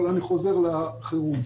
אבל אני חוזר לחירום.